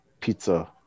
Pizza